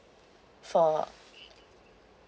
for